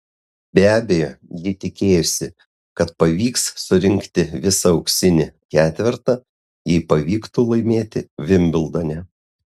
be abejo ji tikėjosi kad pavyks surinkti visą auksinį ketvertą jei pavyktų laimėti vimbldone